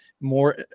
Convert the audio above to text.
more